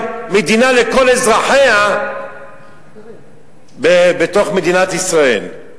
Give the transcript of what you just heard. מדינה לכל אזרחיה בתוך מדינת ישראל.